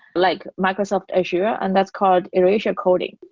like microsoft azure, and that's called erasure coding.